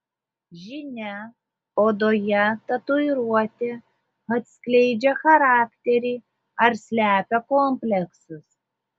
žinia odoje tatuiruotė atskleidžia charakterį ar slepia kompleksus